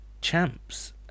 champs